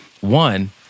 one